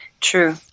True